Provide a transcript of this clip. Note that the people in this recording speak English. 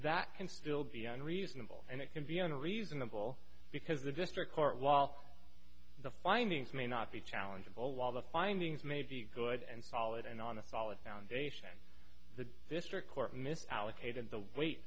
that can still be unreasonable and it can be unreasonable because the district court while the findings may not be challengable while the findings may be good and solid and on a solid foundation the district court mis allocated the weight